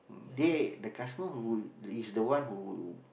they the customer who the is the one who